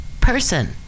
person